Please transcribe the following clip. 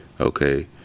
Okay